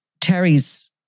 Terry's